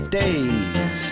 days